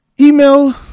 email